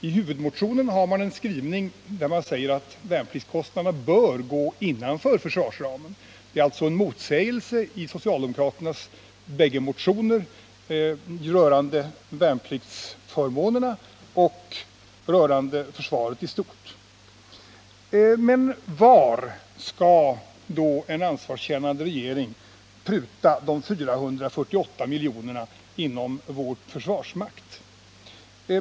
I huvudmotionen säger man att värnpliktskostnaderna bör gå innanför försvarsramen. Det finns alltså en motsägelse i socialdemokraternas bägge motioner rörande värnpliktsförmånerna och rörande försvaret i stort. Var skall då en ansvarskännande regering pruta de 448 miljonerna inom vår försvarsmakt?